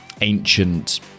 ancient